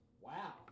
wow